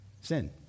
sin